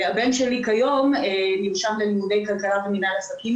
הבן שלי כיום נרשם ללימודי כלכלה ומינהל עסקים